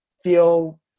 feel